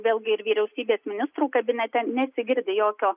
vėlgi ir vyriausybės ministrų kabinete nesigirdi jokio